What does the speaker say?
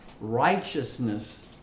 righteousness